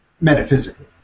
metaphysically